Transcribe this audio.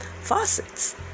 faucets